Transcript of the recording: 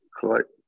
correct